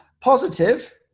Positive